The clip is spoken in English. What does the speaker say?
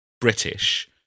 British